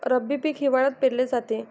रब्बी पीक हिवाळ्यात पेरले जाते